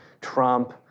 Trump